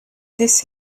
this